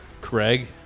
Craig